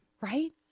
Right